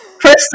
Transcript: First